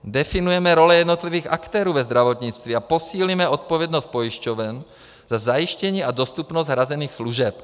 Definujeme role jednotlivých aktérů ve zdravotnictví a posílíme odpovědnost pojišťoven za zajištění a dostupnost hrazených služeb.